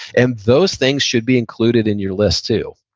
and those things should be included in your list too,